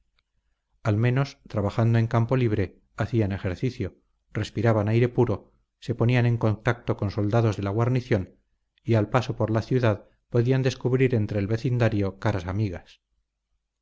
al menos trabajando en campo libre hacían ejercicio respiraban aire puro se ponían en contacto con soldados de la guarnición y al paso por la ciudad podían descubrir entre el vecindario caras amigas